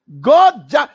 God